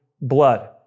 blood